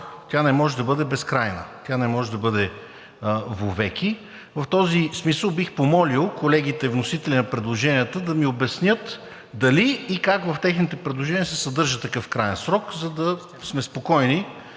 Тя не може да бъде безкрайна, тя не може да бъде вовеки. В този смисъл бих помолил колегите, вносители на предложенията, да ми обяснят: дали и как в техните предложения се съдържа такъв краен срок, за да сме спокойни,